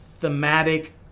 thematic